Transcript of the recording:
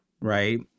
right